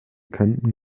kanten